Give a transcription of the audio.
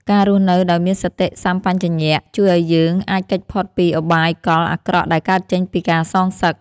ការរស់នៅដោយមានសតិសម្បជញ្ញៈជួយឱ្យយើងអាចគេចផុតពីឧបាយកលអាក្រក់ដែលកើតចេញពីការសងសឹក។